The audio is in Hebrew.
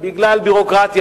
בגלל ביורוקרטיה,